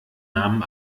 namen